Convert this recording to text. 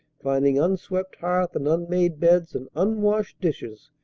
finding unswept hearth and unmade beds and unwashed dishes,